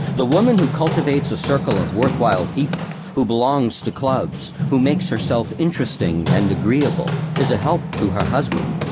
the woman who cultivates a circle of worthwhile people, who belongs to clubs, who makes herself interesting and agreeable is a help to her husband.